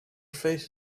face